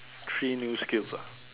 three new skills ah